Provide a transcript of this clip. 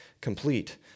complete